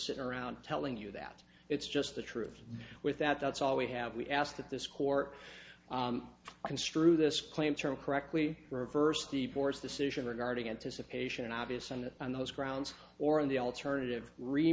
sit around telling you that it's just the truth with that that's all we have we ask that this court construe this claim turn correctly reversed the board's decision regarding anticipation obvious and on those grounds or in the alternative re